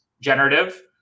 generative